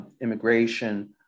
immigration